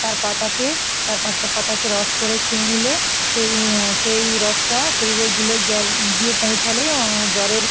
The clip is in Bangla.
তার পাতাকে চার পাঁচটা পাতাকে রস করে খেয়ে নিলে সেই সেই রসটা শরীরে গেলে গিয়ে পৌঁছালেই জ্বরের